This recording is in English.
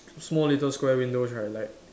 small little square windows right like